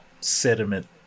sediment